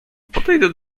podejdę